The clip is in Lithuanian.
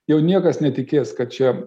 jau niekas netikės kad čia